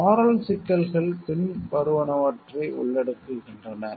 moral சிக்கல்கள் பின்வருவனவற்றை உள்ளடக்குகின்றன